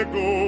go